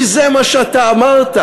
כי זה מה שאתה אמרת.